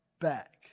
back